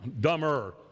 Dumber